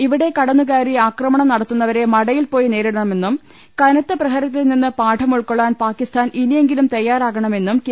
ഇവിടെ കടന്നു കയറി ആക്രമണം നടത്തുന്നവരെ മട യിൽപോയി നേരിടണമെന്നും കനത്തി പ്രഹരത്തിൽ നിന്ന് പാഠം ഉൾക്കൊള്ളാൻ പാക്കിസ്ഥാൻ ഇനിയെങ്കിലും തയാറാകണമെന്നും കെ